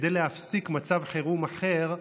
כדי להפסיק מצב חירום אחר,